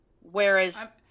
Whereas